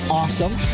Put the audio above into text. awesome